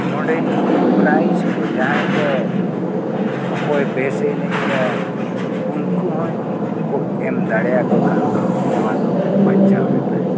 ᱚᱸᱰᱮ ᱠᱚ ᱡᱟᱦᱟᱸᱭ ᱠᱚ ᱚᱠᱚᱭ ᱵᱮᱥᱮ ᱮᱱᱮᱡ ᱠᱮᱫᱟ ᱩᱱᱠᱩ ᱦᱚᱸ ᱠᱚ ᱮᱢ ᱫᱟᱲᱮᱭᱟᱠᱚ ᱠᱷᱟᱱ ᱫᱚ ᱱᱚᱣᱟ ᱫᱚ ᱵᱟᱧᱪᱟᱣ ᱨᱮ ᱛᱟᱦᱮᱱᱟ